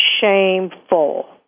shameful